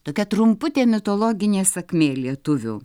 tokia trumputė mitologinė sakmė lietuvių